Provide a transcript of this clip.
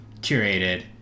curated